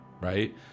Right